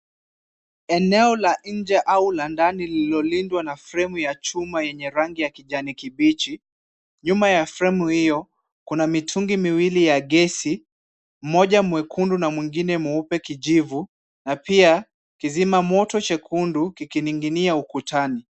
Eneo la nje au la ndani lililolindwa na fremu ya chuma yenye rangi ya kijani kibichi. Nyuma ya fremu hiyo, kuna mitungi miwili ya gesi, mmoja mwekundu na mwingine mweupe kijivu na pia kizimamoto chekundu kikining'inia ukutani.